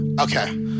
Okay